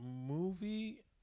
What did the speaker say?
movie